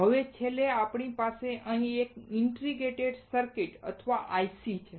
હવે છેલ્લે આપણી પાસે અહીં એક ઇન્ટિગ્રેટેડ સર્કિટ અથવા IC છે